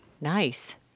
Nice